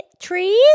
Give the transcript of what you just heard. trees